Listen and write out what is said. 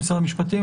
משרד המשפטים,